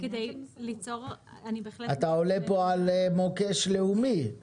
אתה עולה פה על מוקש לאומי כי